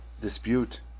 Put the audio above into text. dispute